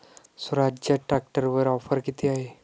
स्वराज्य ट्रॅक्टरवर ऑफर किती आहे?